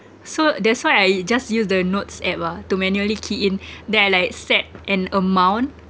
so that's why I just use the notes app ah to manually key in then I like set an amount